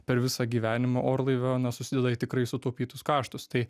per visą gyvenimą orlaivio na susideda į tikrai sutaupytus kaštus tai